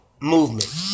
movement